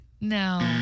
No